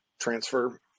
transfer